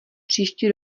příští